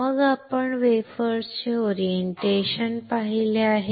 मग आपण वेफर्सचे ओरिएंटेशन पाहिले आहे